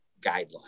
guidelines